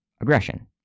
aggression